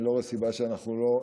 ואני לא רואה סיבה שאנחנו לא,